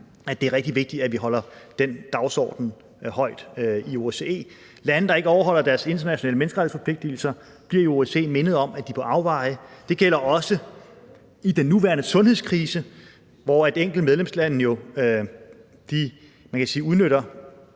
at det er rigtig vigtigt, at vi holder den dagsorden højt i OSCE. Lande, der ikke overholder deres internationale menneskerettighedsforpligtelser, bliver i OSCE mindet om, at de er på afveje. Det gælder også i den nuværende sundhedskrise, hvor enkelte medlemslande jo udnytter